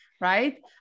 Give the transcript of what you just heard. right